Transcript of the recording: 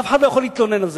אף אחד לא יכול להתלונן על זה,